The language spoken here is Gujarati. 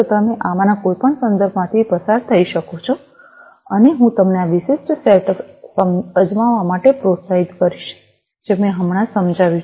તમે આમાંના કોઈપણ સંદર્ભોમાંથી પસાર થઈ શકો છો અને હું તમને આ વિશિષ્ટ સેટઅપ અજમાવવા માટે પ્રોત્સાહિત કરીશ જે મેં હમણાં જ સમજાવ્યું છે